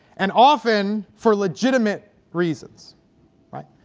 and often for legitimate reasons right.